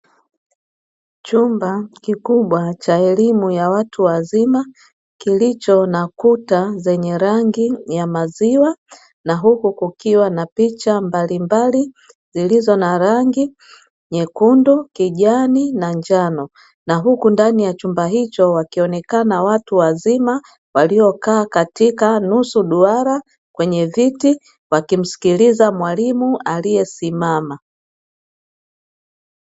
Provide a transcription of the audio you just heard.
Chumba kikubwa cha elimu ya watu wazima kilicho na kuta zenye rangi ya maziwa na huku kukiwa na picha mbalimbali zilizo na rangi nyekundu, kijani na njano na huku ndani ya chumba hicho wakionekana watu wazima waliyokaa katika nusu duara kwenye viti wakimsikikiza mwalimu aliyesimama.